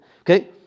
okay